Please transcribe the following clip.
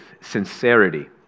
sincerity